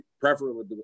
preferably